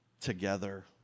together